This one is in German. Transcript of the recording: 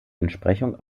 entsprechung